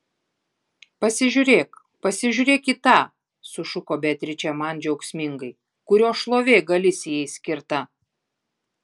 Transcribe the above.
pasižiūrėk pasižiūrėk į tą sušuko beatričė man džiaugsmingai kurio šlovė galisijai skirta